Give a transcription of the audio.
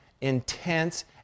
intense